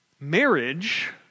Marriage